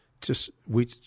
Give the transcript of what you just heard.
just—we